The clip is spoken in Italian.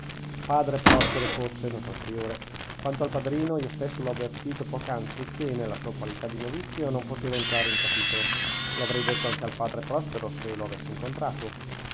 padre prospero forse notò il priore quanto al padrino io stesso l'ho avvertito poc'anzi che nella sua qualità di novizio non poteva entrare in capitolo lo avrei detto anche al padre prospero se lo avessi incontrato